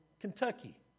Kentucky